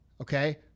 Okay